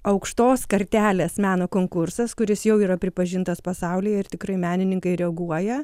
aukštos kartelės meno konkursas kuris jau yra pripažintas pasaulyje ir tikrai menininkai reaguoja